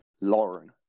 Lauren